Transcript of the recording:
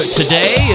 today